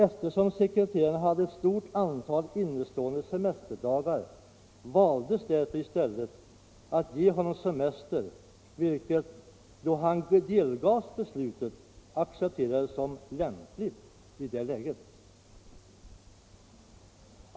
Eftersom sekreteraren hade ett stort antal innestående semesterdagar valdes därför i stället att ge honom semester vilket han, då han delgavs beslutet, accepterade som lämpligt i det läget.